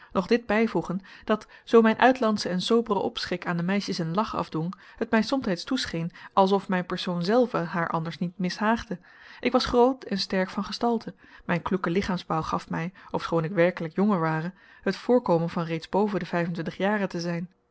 nog dit bijvoegen dat zoo mijn uitlandsche en sobere opschik aan de meisjes een lach afdwong het mij somtijds toescheen als of mijn persoon zelve haar anders niet mishaagde ik was groot en sterk van gestalte mijn kloeke lichaamsbouw gaf mij ofschoon ik werkelijk jonger ware het voorkomen van reeds boven de vijf-en-twintig jaren te zijn